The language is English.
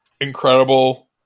incredible